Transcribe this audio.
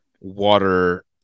water